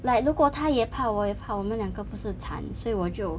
like 如果他也怕我也怕我们两个不是惨所以我就